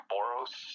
Boros